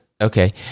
Okay